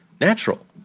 natural